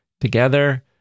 Together